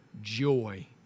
joy